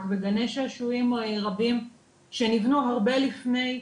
וגני שעשועים רבים שנבנו הרבה לפני,